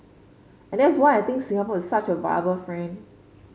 and that's why I think Singapore is such a viable friend